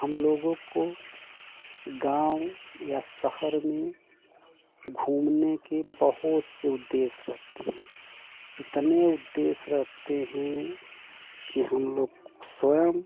हम लोगों को गाँव या शहर में घूमने के बहुत से उद्देश्य रहते हैं इतने उद्देश्य रहते हैं कि हम लोग स्वयं